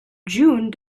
june